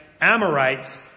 Amorites